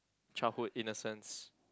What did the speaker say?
childhood innocence